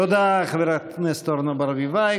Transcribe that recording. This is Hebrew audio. תודה, חברת הכנסת אורנה ברביבאי.